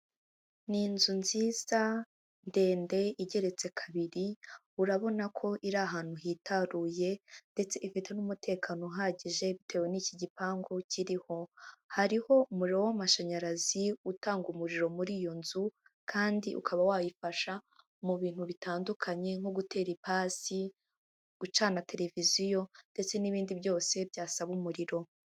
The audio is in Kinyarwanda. Ni inzu nziza, ndende igeretse kabiri, urabona ko iri ahantu hitaruye, ndetse ifite n'umutekano uhagije bitewe n'iki gipangu kiriho, hariho umuriro w'amashanyarazi utanga umuriro muri iyo nzu, kandi ukaba wayifasha mu bintu bitandukanye nko gutera ipasi, gucana televiziyo, ndetse n'ibindi byose byasaba umuriro.